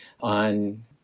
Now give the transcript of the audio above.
on